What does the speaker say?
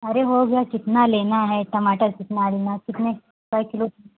अरे हो गया कितना लेना है टमाटर कितना लेना है कितने कए किलो